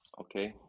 okay